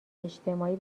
اجتماعی